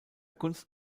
kunst